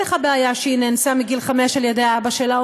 לך בעיה שהיא נאנסה מגיל חמש על-ידי אבא שלה?